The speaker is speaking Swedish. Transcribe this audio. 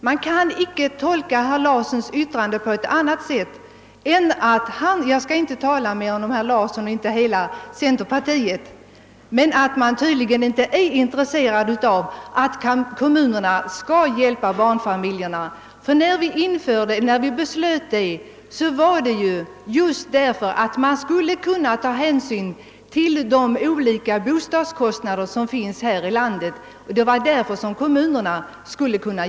Man kan inte tolka herr Larssons yttrande på annat sätt än att centerpartiet inte är intresserat av att kommunerna skall hjälpa barnfamiljerna. Men när vi beslöt om kommunala bostadstillägg var det just därför att man skulle kunna ta hänsyn till de olika bostadskostnader som finns här i landet.